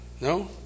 No